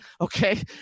okay